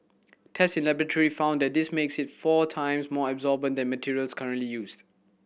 test in laboratory found that this makes it four times more absorbent than materials currently used